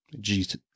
Jesus